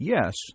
Yes